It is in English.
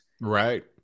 Right